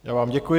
Já vám děkuji.